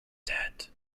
debt